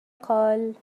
قال